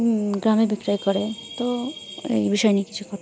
গ্রামে বিক্রয় করে তো এই বিষয় নিয়ে কিছু কথা